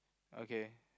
okay